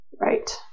Right